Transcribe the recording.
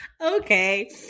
okay